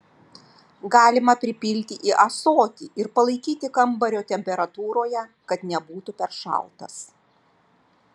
galima pripilti į ąsotį ir palaikyti kambario temperatūroje kad nebūtų per šaltas